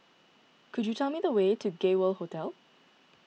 could you tell me the way to Gay World Hotel